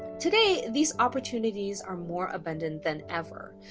today, these opportunities are more abundant than ever.